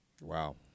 Wow